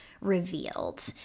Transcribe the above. revealed